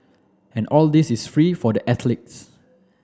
and all this is free for the athletes